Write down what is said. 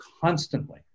constantly